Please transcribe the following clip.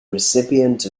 recipient